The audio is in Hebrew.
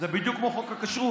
זה בדיוק כמו חוק הכשרות.